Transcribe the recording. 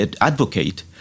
advocate